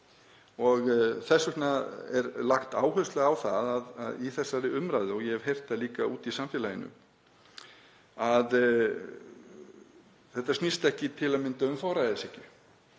Þess vegna er lögð áhersla á það í þessari umræðu, og ég hef heyrt það líka úti í samfélaginu, að þetta snýst ekki til að mynda um forræðishyggju.